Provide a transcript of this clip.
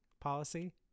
policy